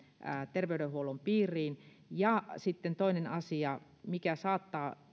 terveydenhuollon piiriin ja sitten toinen asia mikä myöskin saattaa kyllä